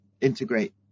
integrate